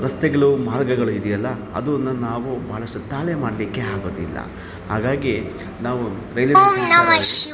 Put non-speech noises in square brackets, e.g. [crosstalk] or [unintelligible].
ರಸ್ತೆಗ್ಳು ಮಾರ್ಗಗಳು ಇದೆಯಲ್ಲ ಅದನ್ನ ನಾವು ಭಾಳಷ್ಟು ತಾಳೆ ಮಾಡಲಿಕ್ಕೆ ಆಗೋದಿಲ್ಲ ಹಾಗಾಗಿ ನಾವು ರೈಲ್ವೇ [unintelligible]